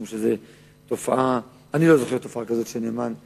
משום שאני לא זוכר תופעה כזאת של נאמן בעיר,